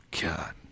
God